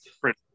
print